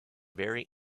very